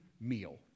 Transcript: meal